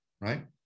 right